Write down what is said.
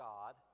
God